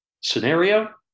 scenario